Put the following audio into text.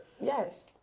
Yes